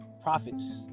profits